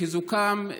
לחיזוקם,